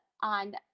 on